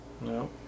No